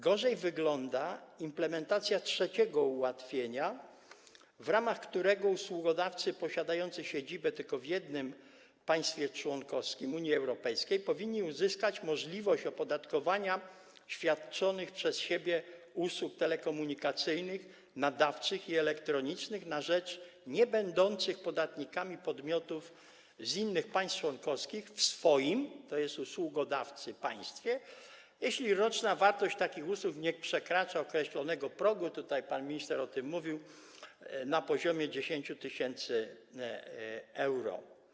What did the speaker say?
Gorzej wygląda implementacja trzeciego ułatwienia, w którego ramach usługodawcy posiadający siedzibę tylko w jednym państwie członkowskim Unii Europejskiej powinni uzyskać możliwość opodatkowania świadczonych przez siebie usług telekomunikacyjnych, nadawczych i elektronicznych na rzecz niebędących podatnikami podmiotów z innych państw członkowskich w swoim, tj. usługodawcy, państwie, jeśli roczna wartość takich usług nie przekracza określonego progu - tutaj pan minister o tym mówił - na poziomie 10 tys. euro.